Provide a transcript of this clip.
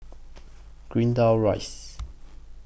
Greendale Rise